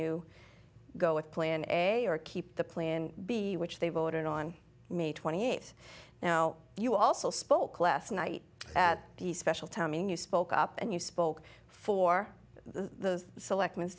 you go with plan a or keep the plan b which they voted on may twenty eighth now you also spoke last night at the special timing you spoke up and you spoke for the select m